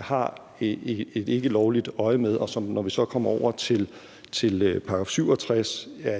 har et ikkelovligt øjemed, og som, når vi så kommer over til § 67, er